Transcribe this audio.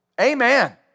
Amen